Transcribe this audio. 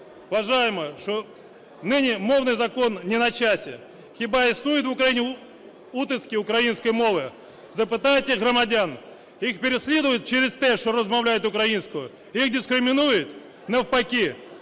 Вважаємо, що нині мовний закон не на часі. Хіба існують в Україні утиски української мови, запитайте громадян. Їх переслідують через те, що розмовляють українською, їх дискримінують? Навпаки,